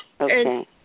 Okay